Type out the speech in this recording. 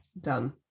done